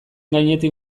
gainetik